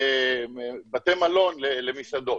בתי מלון למסעדות,